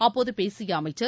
அப்போது பேசிய அமைச்சர்